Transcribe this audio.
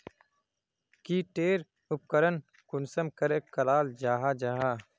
की टेर उपकरण कुंसम करे कराल जाहा जाहा?